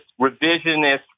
revisionist